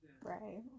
Right